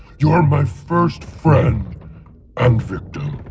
you're my first friend and victim.